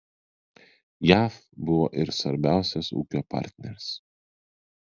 jav buvo ir svarbiausias ūkio partneris